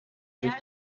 sich